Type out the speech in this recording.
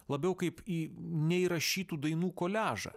labiau kaip į neįrašytų dainų koliažą